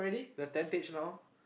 the tentation now